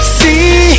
see